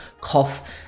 cough